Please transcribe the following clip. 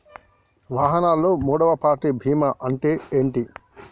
వాహనాల్లో మూడవ పార్టీ బీమా అంటే ఏంటి?